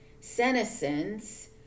senescence